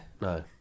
No